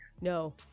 No